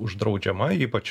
uždraudžiama ypač